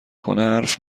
کنه، حرف